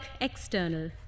external